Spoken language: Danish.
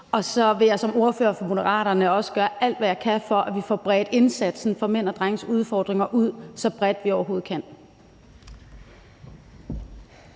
og så vil jeg som ordfører for Moderaterne også gøre alt, hvad jeg kan, for at vi får bredt indsatsen for mænd og drenges udfordringer ud så bredt, som vi overhovedet kan.